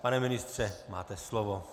Pane ministře, máte slovo.